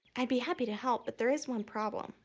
i'd be happy to help, but there is one problem.